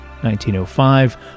1905